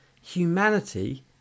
Humanity